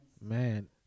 Man